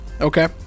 Okay